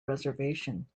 reservation